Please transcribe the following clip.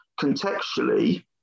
contextually